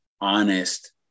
honest